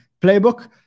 playbook